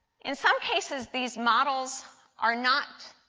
in some cases, these models are not